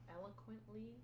eloquently